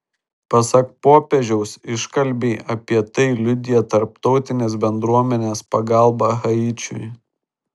pasak popiežiaus iškalbiai apie tai liudija tarptautinės bendruomenės pagalba haičiui